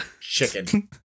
chicken